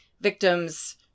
victims